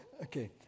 Okay